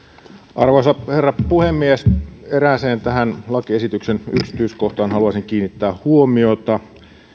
arvoisa herra puhemies erääseen tämän lakiesityksen yksityiskohtaan haluaisin kiinnittää huomiota